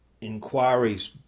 inquiries